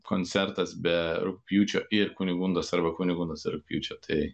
koncertas be rugpjūčio ir kunigundos arba kunigundos ir rugpjūčio tai